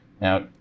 Now